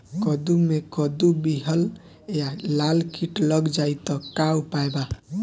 कद्दू मे कद्दू विहल या लाल कीट लग जाइ त का उपाय बा?